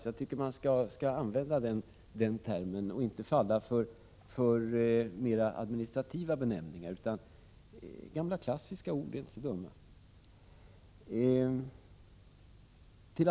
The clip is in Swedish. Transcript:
Jag tycker att man skall använda den termen och inte falla för mer administrativa benämningar. Gamla klassiska ord är inte så dumma.